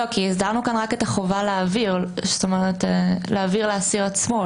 לא, כי הסדרנו כאן רק את החובה להעביר לאסיר עצמו.